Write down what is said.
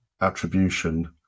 attribution